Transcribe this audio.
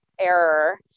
error